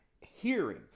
hearing